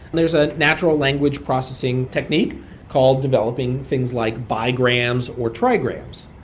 there's a natural language processing technique called developing things like bigrams or trigrams.